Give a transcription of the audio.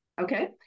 Okay